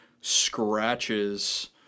scratches